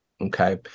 Okay